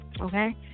Okay